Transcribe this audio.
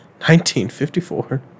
1954